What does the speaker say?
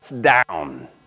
down